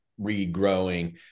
regrowing